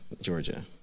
Georgia